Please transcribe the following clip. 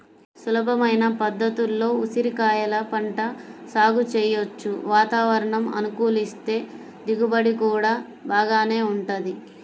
సులభమైన పద్ధతుల్లో ఉసిరికాయల పంట సాగు చెయ్యొచ్చు, వాతావరణం అనుకూలిస్తే దిగుబడి గూడా బాగానే వుంటది